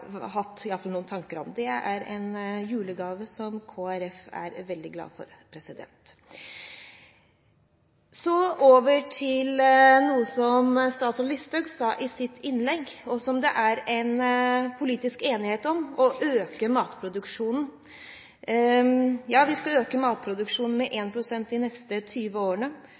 hatt noen tanker om. Det er en julegave som Kristelig Folkeparti er veldig glad for. Så over til noe som statsråd Listhaug snakket om i sitt innlegg, og som det er politisk enighet om: å øke matproduksjonen. Ja, vi skal øke matproduksjonen med 1 pst. de neste 20 årene,